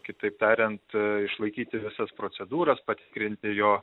kitaip tariant išlaikyti visas procedūras patikrinti jo